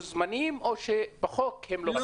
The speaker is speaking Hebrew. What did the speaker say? הם לא מוזמנים, או שזה לפי החוק?